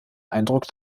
eindruck